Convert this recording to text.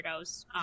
weirdos